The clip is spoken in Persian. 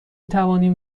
توانیم